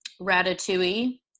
Ratatouille